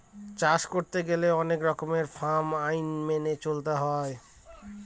চাষ করতে গেলে অনেক রকমের ফার্ম আইন মেনে চলতে হয়